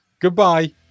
Goodbye